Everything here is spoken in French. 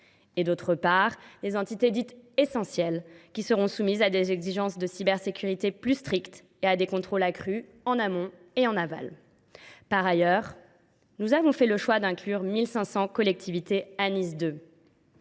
de l’autre, celles dites essentielles, qui seront soumises à des exigences de cybersécurité plus strictes et à des contrôles accrus, en amont comme en aval. Par ailleurs, nous avons fait le choix d’inclure 1 500 collectivités dans le